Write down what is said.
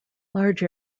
large